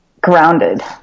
Grounded